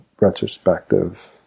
retrospective